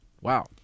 wow